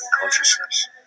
consciousness